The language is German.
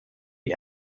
die